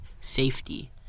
safety